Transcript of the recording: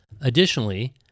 Additionally